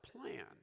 plan